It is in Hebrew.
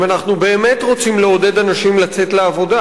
אם אנחנו באמת רוצים לעודד אנשים לצאת לעבודה,